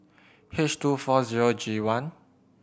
H two four zero G one